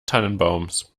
tannenbaums